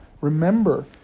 Remember